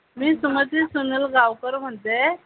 मी सुमती सुनील गावकर म्हणते आहे